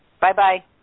Bye-bye